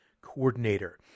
Coordinator